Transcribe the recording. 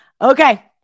Okay